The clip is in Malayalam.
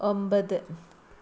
ഒമ്പത്